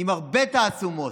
עם הרבה תעצומות.